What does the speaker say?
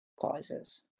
causes